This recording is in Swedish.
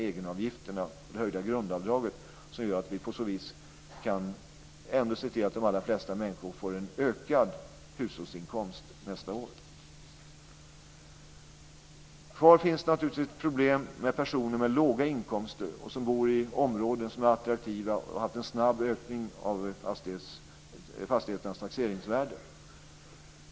Egenavgifterna och det höjda grundavdraget gör att vi ändå kan se till att de allra flesta människor får en ökad hushållsinkomst nästa år. Kvar finns naturligtvis problem när det gäller personer med låga inkomster och de som bor i områden som är attraktiva och har haft en snabb ökning av fastigheternas taxeringsvärde.